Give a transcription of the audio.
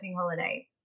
holiday